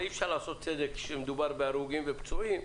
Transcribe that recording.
אי-אפשר לעשות צדק כשמדובר בהרוגים ופצועים.